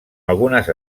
algunes